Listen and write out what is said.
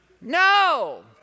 No